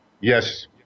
Yes